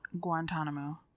Guantanamo